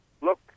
Look